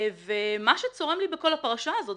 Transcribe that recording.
מה שצורם לי בכל הפרשה הזאת,